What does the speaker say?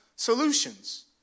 solutions